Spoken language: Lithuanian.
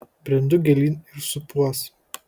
brendu gilyn ir supuos